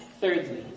Thirdly